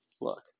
Look